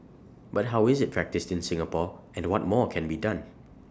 but how is IT practised in Singapore and what more can be done